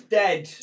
dead